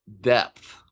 depth